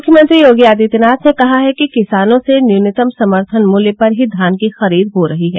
मुख्यमंत्री योगी आदित्यनाथ ने कहा है कि किसानों से न्यूनतम समर्थन मूल्य पर ही धान की खरीद हो रही है